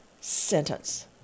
sentence